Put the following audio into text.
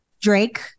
Drake